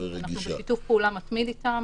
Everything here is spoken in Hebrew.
אנחנו בשיתוף פעולה מתמיד איתם